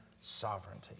sovereignty